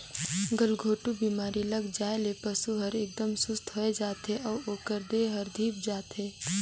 गलघोंटू बेमारी लग जाये ले पसु हर एकदम सुस्त होय जाथे अउ ओकर देह हर धीप जाथे